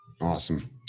Awesome